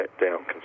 down